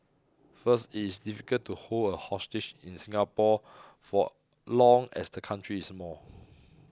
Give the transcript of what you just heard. first it is difficult to hold a hostage in Singapore for long as the country is small